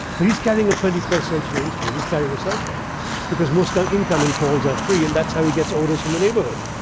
but he's carrying a twenty first century instrument. he's carrying a cell phone because most incoming calls are free, and that's how he gets orders from the neighborhood,